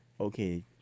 okay